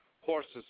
Horses